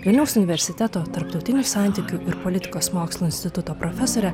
vilniaus universiteto tarptautinių santykių ir politikos mokslų instituto profesore